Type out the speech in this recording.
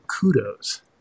kudos